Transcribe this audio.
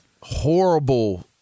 horrible